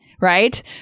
right